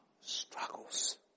struggles